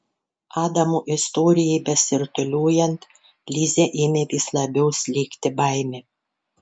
adamo istorijai besirutuliojant lizę ėmė vis labiau slėgti baimė